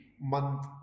month